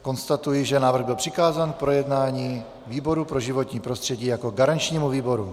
Konstatuji, že návrh byl přikázán k projednání výboru pro životní prostředí jako garančnímu výboru.